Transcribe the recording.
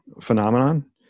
phenomenon